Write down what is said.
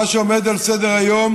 מה שעומד על סדר-היום